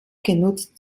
genutzt